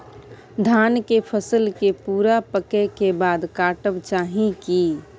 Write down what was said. धान के फसल के पूरा पकै के बाद काटब चाही की?